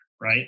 right